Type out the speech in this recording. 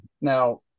now